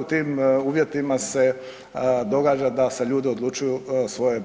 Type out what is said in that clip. U tim uvjetima se događa da se ljudi odlučuju svoje